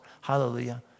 Hallelujah